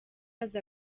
azi